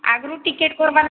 ଆଗରୁ ଟିକେଟ୍ କର୍ବା